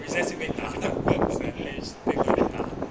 recess 就会打 sad face take away 打